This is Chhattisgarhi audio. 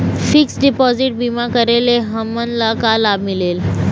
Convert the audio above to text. फिक्स डिपोजिट बीमा करे ले हमनला का लाभ मिलेल?